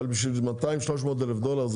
אבל בשביל 200, 300 אלף דולר?